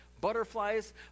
Butterflies